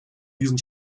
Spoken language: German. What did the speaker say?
diesen